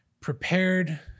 prepared